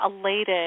elated